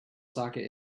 socket